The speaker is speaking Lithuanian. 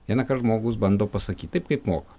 vienąkart žmogus bando pasakyti taip kaip moka